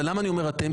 ולמה אני אומר אתם,